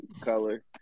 color